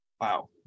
Wow